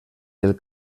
del